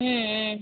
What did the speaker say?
ம்ம்